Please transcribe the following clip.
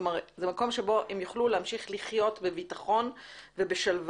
זה מקום שהם יוכלו להמשיך לחיות בביטחון ובשלווה,